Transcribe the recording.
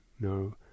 no